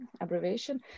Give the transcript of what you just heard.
abbreviation